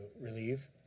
relieve